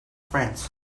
france